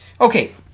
Okay